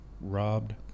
Robbed